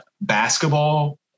basketball